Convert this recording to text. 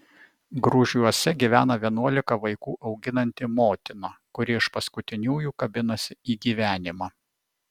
grūžiuose gyvena vienuolika vaikų auginanti motina kuri iš paskutiniųjų kabinasi į gyvenimą